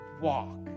walk